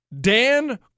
Dan